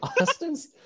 Austin's